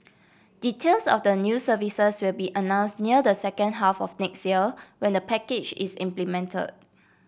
details of the new services will be announce near the second half of next year when the package is implemented